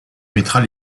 mettras